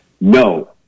No